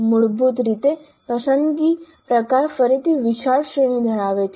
મૂળભૂત રીતે પસંદગી પ્રકાર ફરીથી વિશાળ શ્રેણી ધરાવે છે